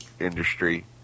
industry